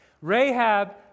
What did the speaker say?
Rahab